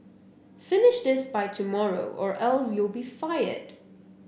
finish this by tomorrow or else you'll be fired